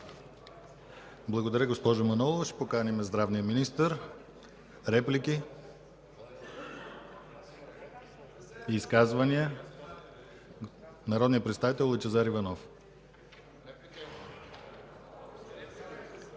Благодаря Ви, госпожо Манолова. Ще поканим здравния министър. Реплики? Изказвания? Народният представител Лъчезар Иванов.